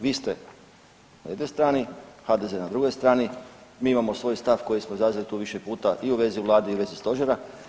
Vi ste na jednoj strani, HDZ na drugoj strani, mi imamo svoj stav koji smo izrazili više puta i u vezi vlade i u vezi stožera.